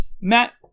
Matt